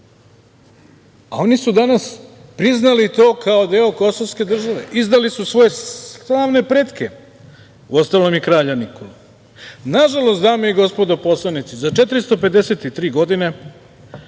A oni su danas priznali to kao deo kosovske države, izdali su svoje pretke, uostalom, i kralja Nikolu. Nažalost, dame i gospodo poslanici, za 453 godine